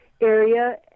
area